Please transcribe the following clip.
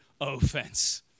offense